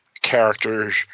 characters